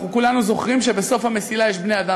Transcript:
אנחנו כולנו זוכרים שבסוף המסילה יש בני-אדם,